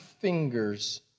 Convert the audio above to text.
fingers